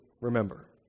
remember